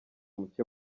muke